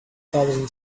thousand